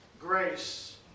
Grace